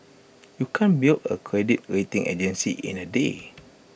you can't build A credit rating agency in A day